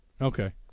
Okay